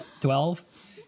twelve